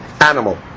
animal